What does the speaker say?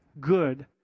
good